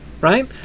Right